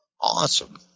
Awesome